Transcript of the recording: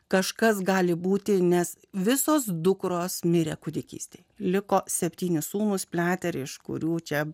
kažkas gali būti nes visos dukros mirė kūdikystėje liko septyni sūnūs pliateriai iš kurių čia